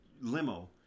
limo